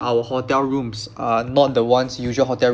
our hotel rooms are not the ones usual hotel rooms